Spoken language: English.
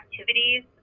activities